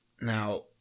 Now